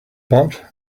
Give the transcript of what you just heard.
but